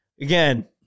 again